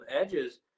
edges